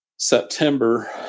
September